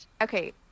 okay